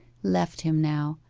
left him now,